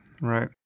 right